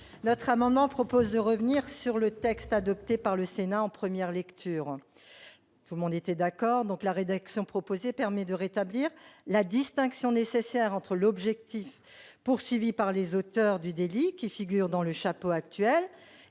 Cet amendement vise à revenir au texte adopté par le Sénat en première lecture, sur lequel nous nous étions tous accordés. La rédaction proposée permet de rétablir la distinction nécessaire entre l'objectif poursuivi par les auteurs du délit, qui figure dans le chapeau actuel,